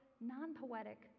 non-poetic